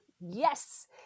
yes